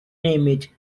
named